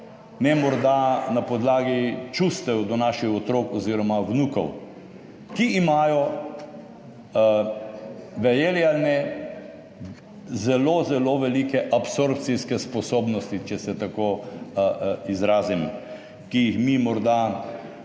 ne morda na podlagi čustev do naših otrok oziroma vnukov, ki imajo, verjeli ali ne, zelo, zelo velike absorpcijske sposobnosti, če se tako izrazim, ki jih mi morda